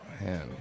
Man